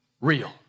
real